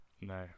no